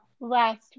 last